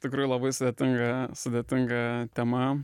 tikrai labai sudėtinga sudėtinga tema